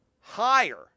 higher